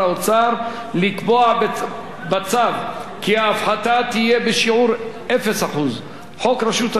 לקבוע בצו כי ההפחתה תהיה בשיעור 0%. חוק רשות השידור מגביל סמכות